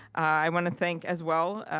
i want to thank, as well,